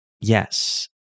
Yes